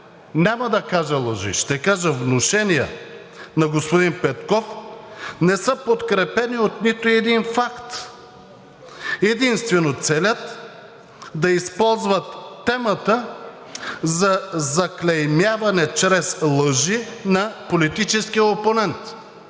няма да кажа лъжи, ще кажа внушения, на господин Петков, не са подкрепени от нито един факт. Единствено целят да използват темата за заклеймяване чрез лъжи на политическия опонент,